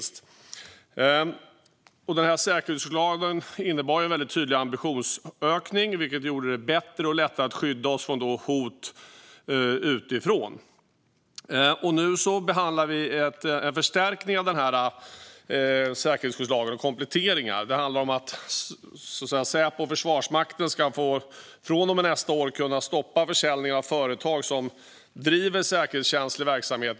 Säkerhetsskyddslagen innebar en tydlig ambitionsökning, vilket gjorde att det gick bättre och lättare att skydda oss från hot utifrån. Nu behandlar vi en förstärkning och kompletteringar av säkerhetsskyddslagen. Det handlar om att Säpo och Försvarsmakten från och med nästa år ska kunna stoppa försäljning av företag som driver säkerhetskänslig verksamhet.